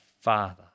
father